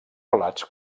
relats